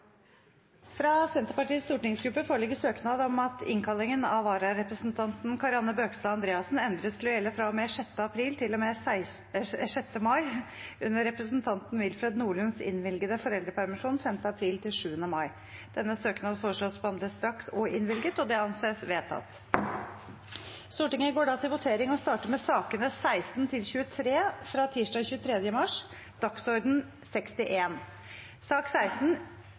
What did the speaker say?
Fra Senterpartiets stortingsgruppe foreligger søknad om at innkallingen av vararepresentanten Karianne Bøkestad Andreassen endres til å gjelde fra og med 6. april til og med 6. mai, under representanten Wilfred Nordlunds innvilgede foreldrepermisjon fra 5. april til 7. mai. Denne søknaden foreslås behandlet straks og innvilget. – Det anses vedtatt. Stortinget går da til votering og starter med sakene nr. 16–23 fra tirsdag 23. mars, dagsorden